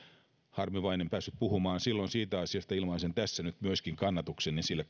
harmi vain että en päässyt puhumaan silloin siitä asiasta ilmaisen tässä nyt myöskin kannatukseni sille